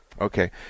Okay